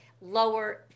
lower